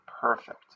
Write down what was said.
perfect